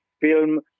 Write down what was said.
film